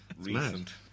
recent